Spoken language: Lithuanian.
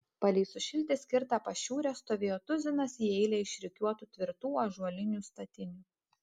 palei sušilti skirtą pašiūrę stovėjo tuzinas į eilę išrikiuotų tvirtų ąžuolinių statinių